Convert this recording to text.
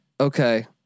okay